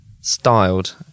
styled